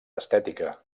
estètica